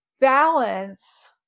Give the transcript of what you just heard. balance